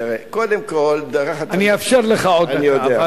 תראה, קודם כול אני אאפשר לך עוד דקה.